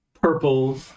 purple